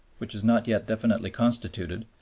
which is not yet definitely constituted,